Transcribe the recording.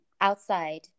outside